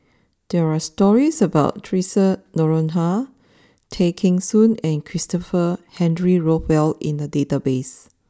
there are stories about Theresa Noronha Tay Kheng Soon and Christopher Henry Rothwell in the database